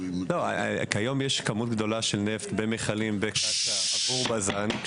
כיום יש כמות גדולה של נפט במכלים בקצא"א עבור בז"ן.